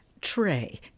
Trey